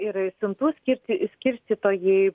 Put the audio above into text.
ir siuntų skirti skirstytojai